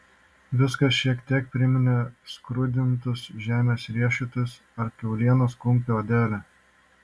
viskas šiek tiek priminė skrudintus žemės riešutus ar kiaulienos kumpio odelę